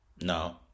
no